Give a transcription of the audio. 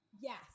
Yes